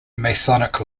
masonic